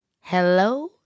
Hello